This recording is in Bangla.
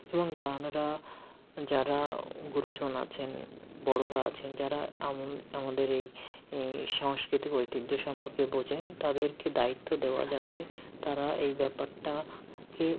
এবং জানারা যারা গুরুজন আছেন বড়োরা আছেন যারা আমাদের এই এই সাংস্কৃতিক ঐতিহ্য সম্পর্কে বোঝেন তাদেরকে দায়িত্ব দেওয়া যাতে তারা এই ব্যাপারটাকে